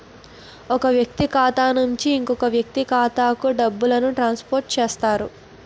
ఒక వ్యక్తి ఖాతా నుంచి ఇంకో వ్యక్తి ఖాతాకు డబ్బులను ట్రాన్స్ఫర్ చేస్తారు